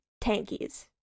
Tankies